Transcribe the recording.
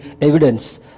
evidence